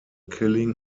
killing